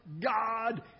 God